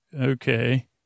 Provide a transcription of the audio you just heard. Okay